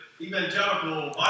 evangelical